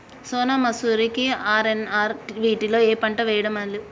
సోనా మాషురి కి ఆర్.ఎన్.ఆర్ వీటిలో ఏ పంట వెయ్యడం మేలు?